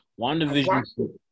Wandavision